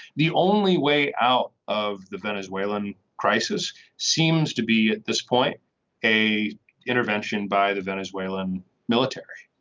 the only way out of the venezuelan crisis seems to be at this point a intervention by the venezuelan military.